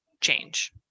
change